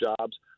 jobs